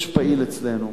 יש פעיל אצלנו,